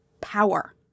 power